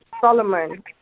Solomon